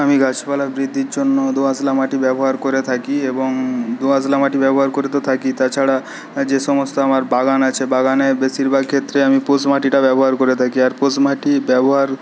আমি গাছপালা বৃদ্ধির জন্য দোআঁশলা মাটি ব্যবহার করে থাকি এবং দোআঁশলা মাটি ব্যবহার করে তো থাকি তাছাড়া যে সমস্ত আমার বাগান আছে বাগানে বেশিরভাগ ক্ষেত্রে আমি পোস মাটিটা ব্যবহার করে থাকি আর পোস মাটি ব্যবহার